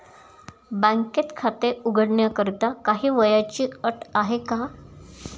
बँकेत खाते उघडण्याकरिता काही वयाची अट आहे का?